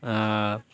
ᱟᱨ